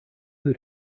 who